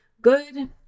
good